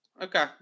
Okay